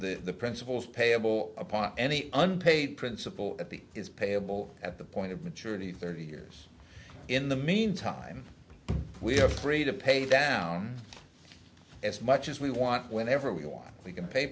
the principals payable upon any unpaid principal at the is payable at the point of maturity thirty years in the meantime we are free to pay down as much as we want whenever we want we can pay